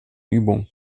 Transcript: übung